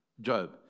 Job